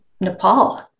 Nepal